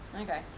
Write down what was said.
Okay